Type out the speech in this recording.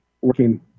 working